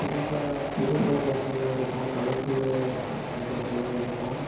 புதுசாக புது ஃபோட்டோஸெல்லாம் இருக்கும் கலர்ஃபுல்லு ஃபோட்டோஸெல்லாம் இருக்கும்